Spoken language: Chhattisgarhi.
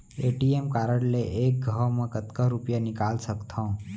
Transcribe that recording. ए.टी.एम कारड ले एक घव म कतका रुपिया निकाल सकथव?